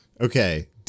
Okay